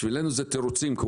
בשבילנו אלה תירוצים.